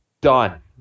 done